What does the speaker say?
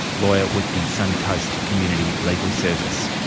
lawyer with the suncoast community legal service.